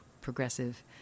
progressive